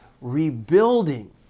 rebuilding